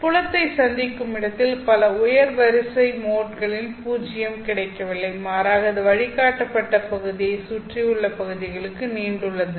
புலத்தை சந்திக்கும் இடத்தில் பல உயர் வரிசை மோட்களில் பூஜ்ஜியம் கிடைக்கவில்லை மாறாக அது வழிகாட்டப்பட்ட பகுதியை சுற்றியுள்ள பகுதிகளுக்கு நீண்டுள்ளது